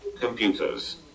Computers